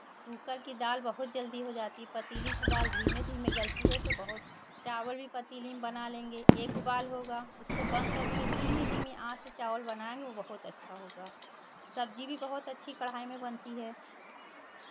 cooker की दाल बहुत जल्दी हो जाती है पतीली की दाल धीमे धीमे गलती है तो बहुत चावल भी पतीली में बना लेंगे एक उबाल होगा उसको बंद कर देंगे धीमी धीमी आँच से चावल बनाएँगे वो बहुत अच्छा होगा सब्जी भी बहुत अच्छी कड़ाही में बनती है